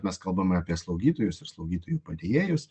mes kalbame apie slaugytojus ir slaugytojų padėjėjus